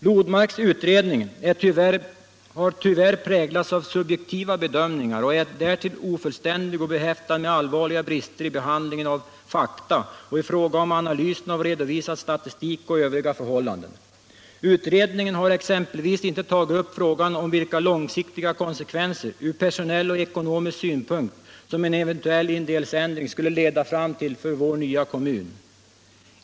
Lodmarks utredning har tyvärr präglats av subjektiva bedömningar och är därtill ofullständig och behäftad med allvarliga brister i behandlingen av fakta och i fråga om analysen av redovisad statistik och övriga förhållanden. Utredningen har exempelvis inte tagit upp frågan om vilka långsiktiga konsekvenser ur personell och ekonomisk synpunkt som en eventuell indelningsändring skulle leda fram till för vår nya kommun.